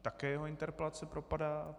Také jeho interpelace propadá.